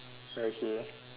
okay